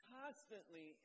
constantly